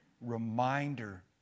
reminder